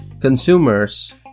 consumers